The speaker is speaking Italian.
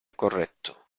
corretto